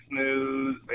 news